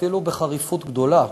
אפילו בחריפות גדולה,